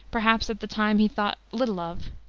perhaps, at the time he thought little of,